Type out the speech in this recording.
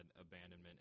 abandonment